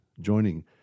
joining